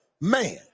man